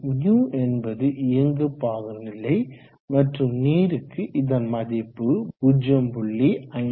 υ என்பது இயங்கு பாகுநிலை மற்றும் நீருக்கு இதன் மதிப்பு 0